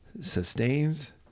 Sustains